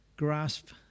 grasp